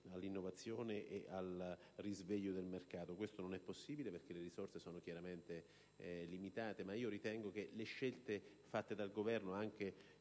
all'innovazione e al risveglio del mercato, ma ciò non è possibile perché le risorse sono chiaramente limitate. Ritengo, però, che le scelte operate dal Governo anche